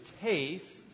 taste